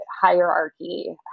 hierarchy